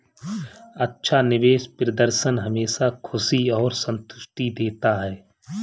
अच्छा निवेश प्रदर्शन हमेशा खुशी और संतुष्टि देता है